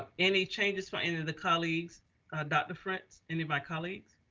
ah any changes for any of the colleagues dr. fritz, any of my colleagues?